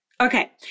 Okay